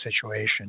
situation